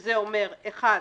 שזה אומר אחת,